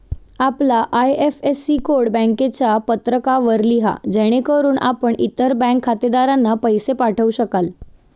आपला IFSC code बँकेच्या पत्रकावर लिहा जेणेकरून आपण इतर बँक खातेधारकांना पैसे पाठवू शकाल